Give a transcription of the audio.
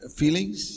feelings